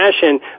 fashion